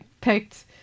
picked